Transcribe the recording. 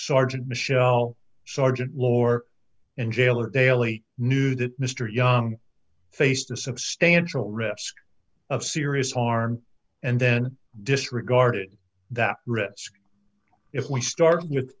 sergeant michelle sergeant lohr in jail or daily knew that mr young faced a substantial risk of serious harm and then disregarded that risk if we start